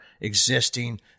existing